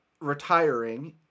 retiring